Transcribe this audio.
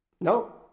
no